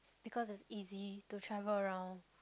because is easy to travel around